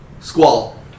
Squall